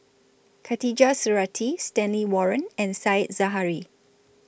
Khatijah Surattee Stanley Warren and Said Zahari